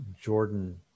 Jordan